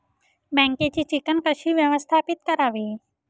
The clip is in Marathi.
बँकेची चिकण कशी व्यवस्थापित करावी?